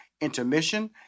intermission